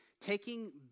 taking